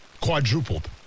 Quadrupled